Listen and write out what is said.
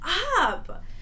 up